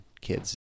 kids